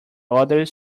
other